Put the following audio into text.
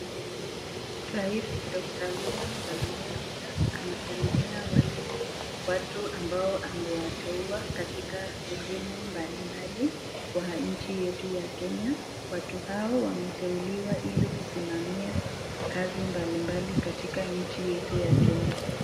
Rais dr William Samoei Ruto anasalimia wale watu ambao amewateua katika sehemu mbalimbali kwa nchi yetu ya kenya, watu hao wameteuliwa ili kusimamia kazi mbalimbali katika nchi yetu ya Kenya.